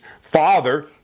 father